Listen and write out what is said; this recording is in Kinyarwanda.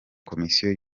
komisiyo